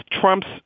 Trump's